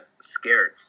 scared